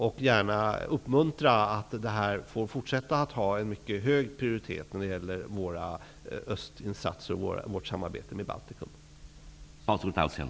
Jag vill uppmuntra att det här får fortsätta att ha en mycket hög prioritet när det gäller våra östinsatser och vårt samarbete med Baltikum.